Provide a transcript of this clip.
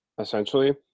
essentially